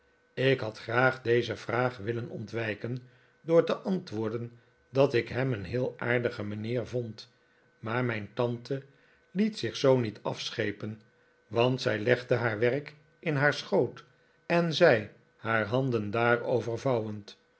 ik had graag deze vraag willen ontwijken door te entwoorden dat ik hem een heel aardigen mijnheer vond maar mijn tante liet zich zoo niet afschepen want zij legde haar werk in haar schoot en zei haar handen daarover vouwend